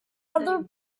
other